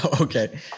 Okay